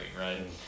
right